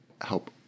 help